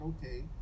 okay